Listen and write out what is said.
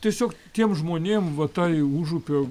tiesiog tiem žmonėms va tai užupio